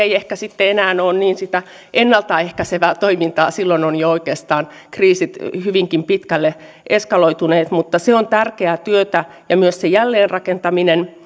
ei ehkä sitten enää ole niin sitä ennaltaehkäisevää toimintaa vaan silloin ovat jo oikeastaan kriisit hyvinkin pitkälle eskaloituneet mutta se on tärkeää työtä ja myös se jälleenrakentaminen